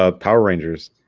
ah power rangers